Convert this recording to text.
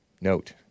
...note